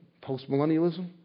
post-millennialism